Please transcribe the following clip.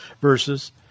verses